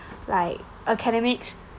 like academics